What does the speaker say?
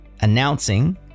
announcing